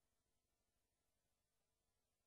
מירב, מירב, מזל טוב.